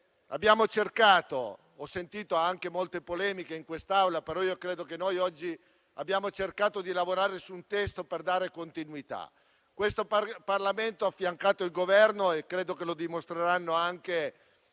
abbiamo cercato di lavorare su un testo per dare continuità. Il Parlamento ha affiancato il Governo, come credo dimostrerà il